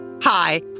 Hi